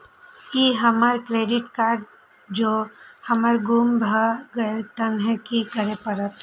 ई हमर credit card जौं हमर गुम भ गेल तहन की करे परतै?